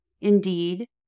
Indeed